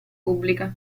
pubblica